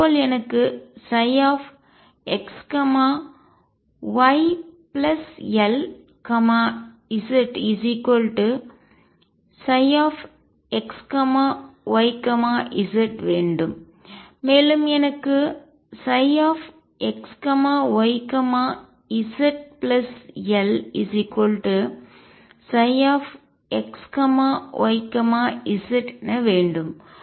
இதேபோல் எனக்கு xyLzψxyz வேண்டும் மேலும் எனக்கு xyzLψxyz வேண்டும்